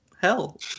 hell